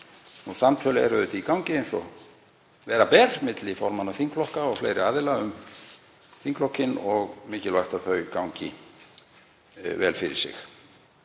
Samtöl eru í gangi eins og vera ber milli formanna þingflokka og fleiri aðila um þinglokin og mikilvægt að þau gangi vel fyrir sig.